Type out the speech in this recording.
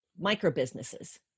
Micro-businesses